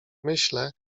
myślę